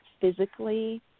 physically